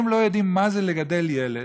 הם לא יודעים מה זה לגדל ילד,